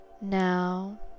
Now